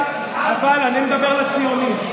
אבל אני מדבר לציונים.